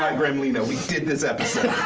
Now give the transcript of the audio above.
um gremlina! we did this episode.